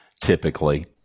typically